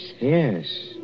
Yes